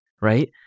right